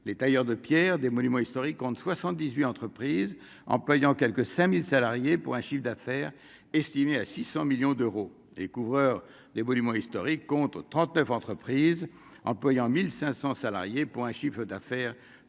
les tailleurs de Pierre, des monuments historiques ont 78 entreprises employant quelque 5000 salariés pour un chiffre d'affaires estimé à 600 millions d'euros et couvreur les monuments historiques, compte 39 entreprises employant 1500 salariés pour un chiffre d'affaires